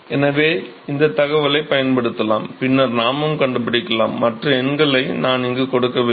எனவே இந்த தகவலைப் பயன்படுத்தலாம் பின்னர் நாமும் கண்டுபிடிக்கலாம் மற்ற எண்களை நான் இங்கு கொடுக்கவில்லை